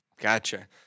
Gotcha